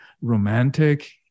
romantic